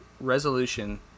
resolution